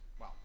Wow